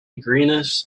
greenish